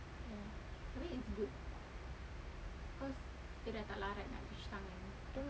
ya